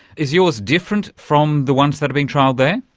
is yours different from the ones that are being trialled there?